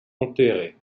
enterrés